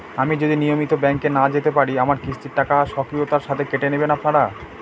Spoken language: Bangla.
আমি যদি নিয়মিত ব্যংকে না যেতে পারি আমার কিস্তির টাকা স্বকীয়তার সাথে কেটে নেবেন আপনারা?